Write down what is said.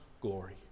glory